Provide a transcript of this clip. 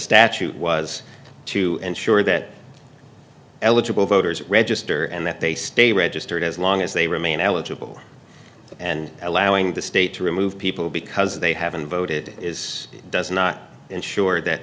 statute was to ensure that eligible voters register and that they stay registered as long as they remain eligible and allowing the state to remove people because they haven't voted is does not ensure that